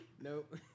Nope